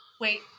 Wait